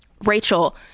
rachel